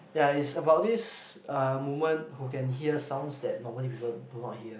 ya is about this uh woman who can hear sounds that normally people do not hear